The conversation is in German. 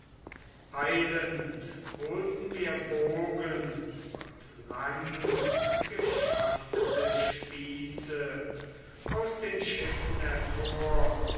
eilend holten wir bogen und langgeschaftete spieße aus den schiffen hervor